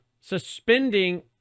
suspending